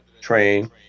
train